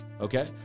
okay